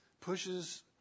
pushes